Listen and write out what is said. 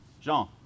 Jean